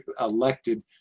elected